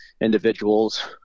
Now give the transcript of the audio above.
individuals